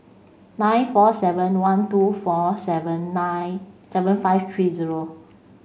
nine four seven one two four seven nine seven five three zero